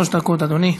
שלוש דקות, אדוני.